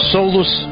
Solus